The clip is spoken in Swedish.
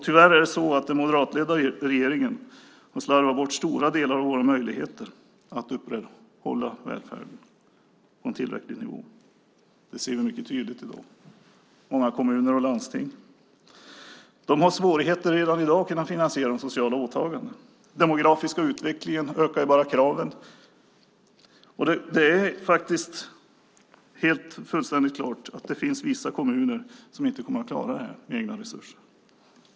Tyvärr har den moderatledda regeringen slarvat bort stora delar av våra möjligheter att upprätthålla välfärden på en tillräcklig nivå. Det ser vi tydligt i dag. Många kommuner och landsting har redan i dag svårt att finansiera de sociala åtagandena. Den demografiska utvecklingen ökar bara kraven. Det är fullständigt klart att det finns vissa kommuner som inte kommer att klara detta med egna resurser.